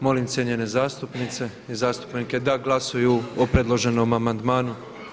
Molim cijenjene zastupnice i zastupnice da glasuju o predloženom amandmanu.